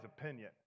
opinion